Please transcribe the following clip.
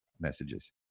messages